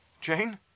Jane